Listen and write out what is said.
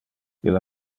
illa